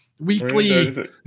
Weekly